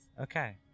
Okay